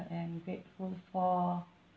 I am grateful for